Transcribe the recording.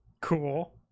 Cool